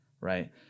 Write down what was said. right